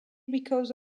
because